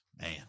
Man